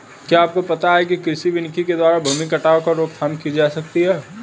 क्या आपको पता है कृषि वानिकी के द्वारा भूमि कटाव की रोकथाम की जा सकती है?